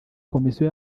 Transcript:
komisiyo